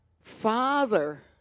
Father